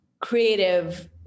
creative